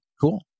cool